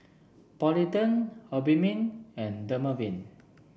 Polident Obimin and Dermaveen